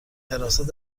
حراست